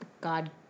God